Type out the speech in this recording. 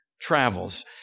travels